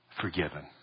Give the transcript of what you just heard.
Forgiven